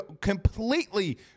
completely